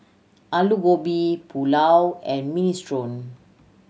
Alu Gobi Pulao and Minestrone